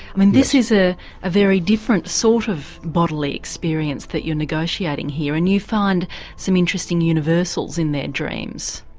i mean this is a very different sort of bodily experience that you're negotiating here and you find some interesting universals in their dreams.